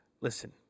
Listen